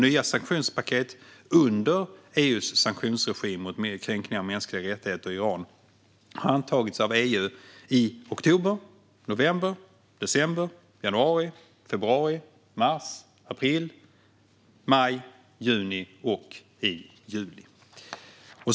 Nya sanktionspaket under EU:s sanktionsregim mot kränkning av mänskliga rättigheter i Iran har antagits av EU i oktober, november, december, januari, februari, mars, april, maj, juni och juli.